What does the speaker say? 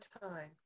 time